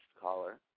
caller